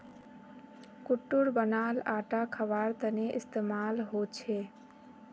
कुट्टूर बनाल आटा खवार तने इस्तेमाल होचे